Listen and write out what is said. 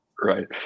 Right